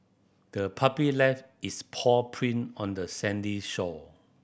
the puppy left its paw print on the sandy shore